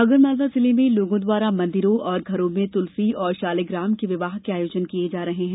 आगरमालवा जिले में लोगो द्वारा मंदिरों और घरों में तुलसी और शालिग्राम के विवाह के आयोजन किये जा रहे हैं